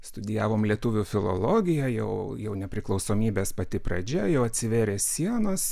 studijavom lietuvių filologiją jau jau nepriklausomybės pati pradžia jau atsivėrė sienos